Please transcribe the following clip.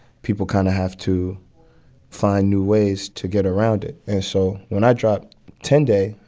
people kind of have to find new ways to get around it and so when i dropped ten day,